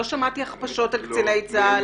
לא שמעתי הכפשות על קציני צה"ל,